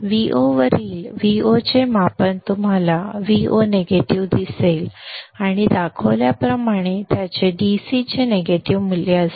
Vo वरील Vo चे मापन तुम्हाला Vo निगेटिव्ह दिसेल आणि दाखवल्याप्रमाणे त्याचे DC चे निगेटिव्ह मूल्य असेल